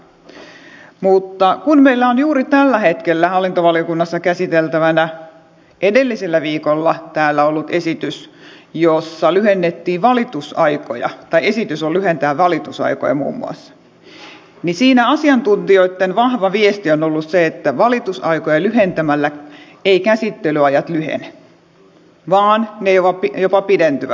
mutta kun meillä on juuri tällä hetkellä hallintovaliokunnassa käsiteltävänä edellisellä viikolla täällä ollut esitys jossa lyhennettäisiin valitusaikoja muun muassa niin siinä asiantuntijoitten vahva viesti on ollut se että valitusaikoja lyhentämällä käsittelyajat eivät lyhene vaan ne jopa pidentyvät